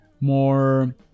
more